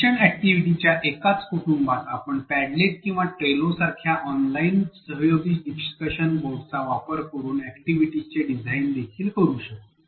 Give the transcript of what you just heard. शिक्षण अॅक्टिव्हिटी च्या एकाच कुटुंबात आपण पॅडलेट किंवा ट्रेलो सारख्या ऑनलाइन सहयोगी डिस्कशन बोर्डचा वापर करून अॅक्टिव्हिटीस चे डिझाईन देखील करू शकतो